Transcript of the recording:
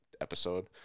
episode